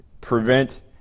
prevent